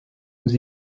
nous